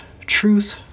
truth